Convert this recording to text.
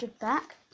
Back